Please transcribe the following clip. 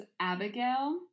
Abigail